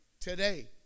today